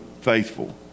faithful